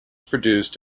produced